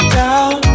down